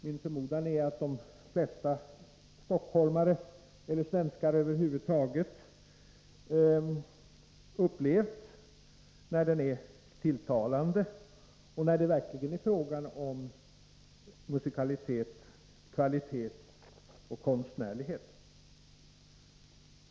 Min förmodan är att de flesta stockholmare och svenskar över huvud taget upplever det positivt när den är tilltalande och när det verkligen är fråga om musikalitet, kvalitet och konstnärlighet.